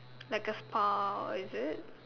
like a spa is it